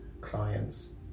clients